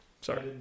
sorry